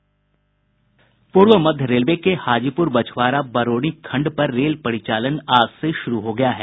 पूर्व मध्य रेलवे के हाजीपुर बछवारा बरौनी खंड पर रेल परिचालन आज से शुरू हो गया है